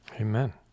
Amen